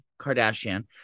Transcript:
Kardashian